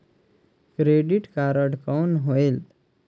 Credit card कौन होएल?